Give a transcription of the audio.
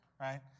Right